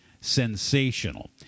sensational